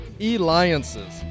Alliances